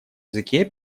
языке